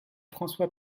françois